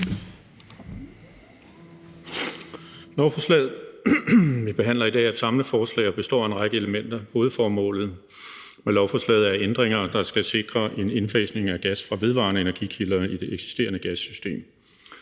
Lovforslaget, vi behandler i dag, er et samleforslag, og det består af en række elementer. Hovedformålet med lovforslaget er ændringer, der skal sikre en indfasning af gas fra vedvarende energikilder i det eksisterende gassystem,